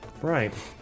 Right